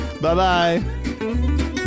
Bye-bye